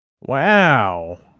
Wow